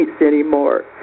anymore